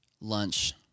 lunch